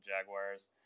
Jaguars